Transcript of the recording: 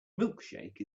milkshake